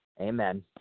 Amen